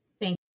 Thank